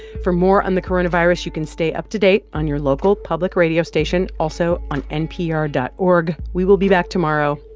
for more on the coronavirus, you can stay up to date on your local public radio station, also on npr dot org. we will be back tomorrow.